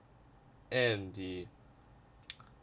and the